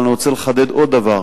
אבל אני רוצה לחדד עוד דבר.